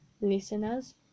Listeners